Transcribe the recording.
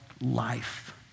life